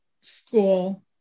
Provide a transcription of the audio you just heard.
school